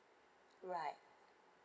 right